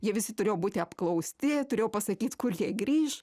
jie visi turėjo būti apklausti turėjau pasakyt kur jie grįš